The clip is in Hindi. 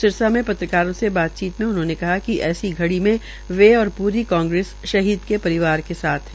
सिरसा में पत्रकारों से बातचीत में उन्होंने कहा कि ऐसी घड़ी में वे और प्री कांग्रेस शहीद के परिवार के साथ है